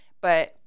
but-